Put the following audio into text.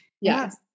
Yes